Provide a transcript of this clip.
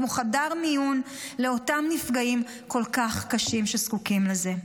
כמו חדר מיון לאותם נפגעים כל כך קשים שזקוקים לזה.